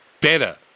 better